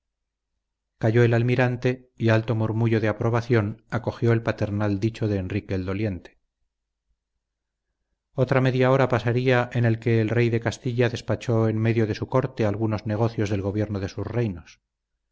calló el almirante y alto murmullo de aprobación acogió el paternal dicho de enrique el doliente otra media hora pasaría en que el rey de castilla despachó en medio de su corte algunos negocios del gobierno de sus reinos